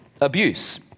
abuse